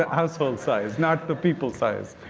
ah household size, not the people's size.